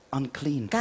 unclean